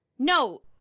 No